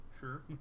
Sure